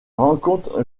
rencontre